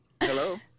Hello